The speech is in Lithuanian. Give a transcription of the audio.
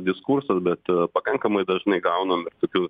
diskursas bet pakankamai dažnai gaunam ir tokių